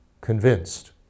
convinced